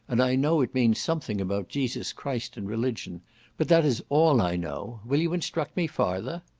and i know it means something about jesus christ and religion but that is all i know, will you instruct me farther?